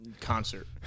Concert